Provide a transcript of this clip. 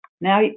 Now